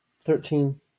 Thirteen